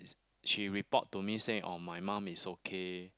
is she report to me say oh my mom is okay